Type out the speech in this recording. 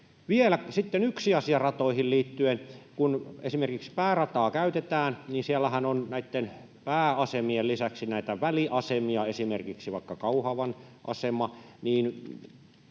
sitten yksi asia ratoihin liittyen: Kun esimerkiksi päärataa käytetään, niin siellähän on pääasemien lisäksi väliasemia, esimerkiksi vaikka Kauhavan asema.